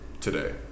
today